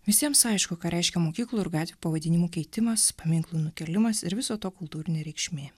visiems aišku ką reiškia mokyklų ir gatvių pavadinimų keitimas paminklų nukėlimas ir viso to kultūrinė reikšmė